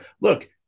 look